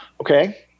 Okay